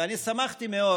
ואני שמחתי מאוד